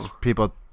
people